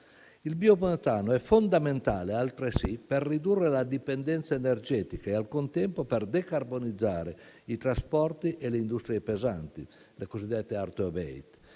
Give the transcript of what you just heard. Il biometano è fondamentale altresì per ridurre la dipendenza energetica e al contempo per decarbonizzare i trasporti e le industrie pesanti, in cui, non riuscendo